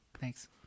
Thanks